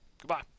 Goodbye